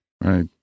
Right